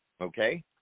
okay